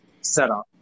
setup